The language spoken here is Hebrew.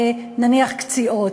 נניח בקציעות.